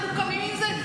אנחנו קמים עם זה,